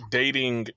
dating